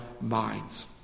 minds